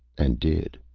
and did,